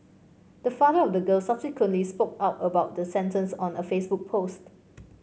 the father of the girl subsequently spoke out about the sentence in a Facebook post